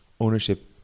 ownership